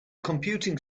computing